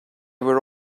were